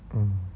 mm